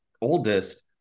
oldest